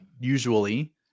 usually